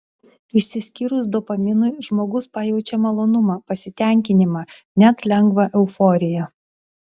išsiskyrus dopaminui žmogus pajaučia malonumą pasitenkinimą net lengvą euforiją